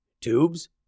Tubes